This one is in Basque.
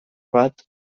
bat